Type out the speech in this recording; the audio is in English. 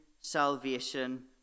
salvation